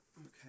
Okay